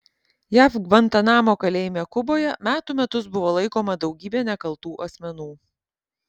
jav gvantanamo kalėjime kuboje metų metus buvo laikoma daugybė nekaltų asmenų